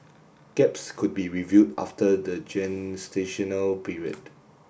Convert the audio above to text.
gaps could be reviewed after the gestational period